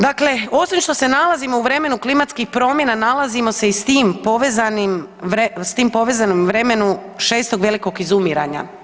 Dakle, osim što se nalazimo u vremenu klimatskih promjena nalazimo se i s tim povezanim, s tim povezanom vremenu šestog velikog izumiranja.